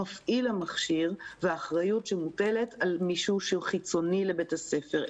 מפעיל המכשיר והאחריות שמוטלת על מישהו שהוא חיצוני לבית הספר.